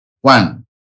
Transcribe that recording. One